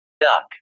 Duck